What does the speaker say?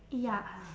ya